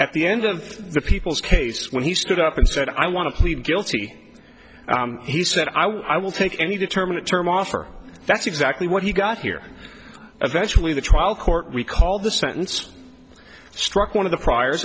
at the end of the people's case when he stood up and said i want to plead guilty he said i will take any determinant term offer that's exactly what he got here eventually the trial court we call the sentence struck one of the prior